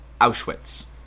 Auschwitz